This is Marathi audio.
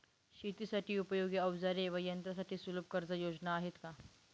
शेतीसाठी उपयोगी औजारे व यंत्रासाठी सुलभ कर्जयोजना आहेत का?